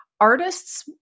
artists